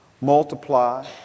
multiply